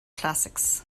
classics